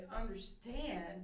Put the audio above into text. understand